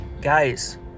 Guys